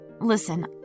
Listen